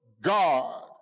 God